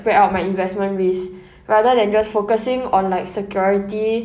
spread out my investment risks rather than just focusing on like security